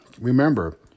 Remember